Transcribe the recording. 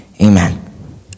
Amen